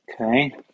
Okay